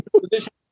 position